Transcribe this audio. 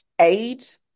age